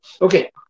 Okay